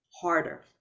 harder